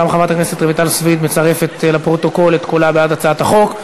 גם חברת הכנסת רויטל סויד מצרפת לפרוטוקול את קולה בעד הצעת החוק.